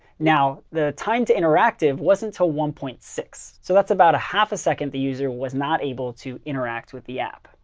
now the time to interactive wasn't until one point six. so that's about a half a second the user was not able to interact with the app.